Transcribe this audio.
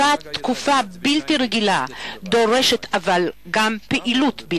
אבל התקופה הלא-שגרתית הזאת דורשת גם החלטות לא